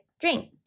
drink